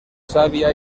savia